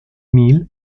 neal